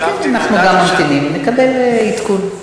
ישבתי, גם אנחנו ממתינים, ונקבל עדכון.